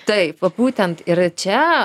taip va būtent ir čia